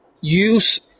use